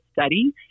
study